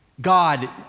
God